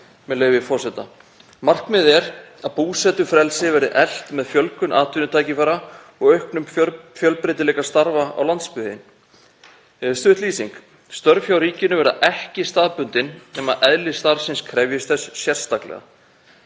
„Markmið: Að búsetufrelsi verði eflt með fjölgun atvinnutækifæra og auknum fjölbreytileika starfa á landsbyggðinni. Stutt lýsing: Störf hjá ríkinu verði ekki staðbundin nema eðli starfsins krefjist þess sérstaklega